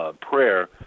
prayer